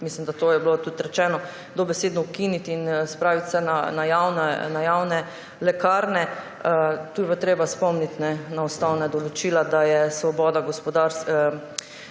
mislim, da je bilo to tudi rečeno – dobesedno ukiniti in spraviti vse na javne lekarne. Tu je pa treba spomniti na ustavna določila, da svoboda gospodarsko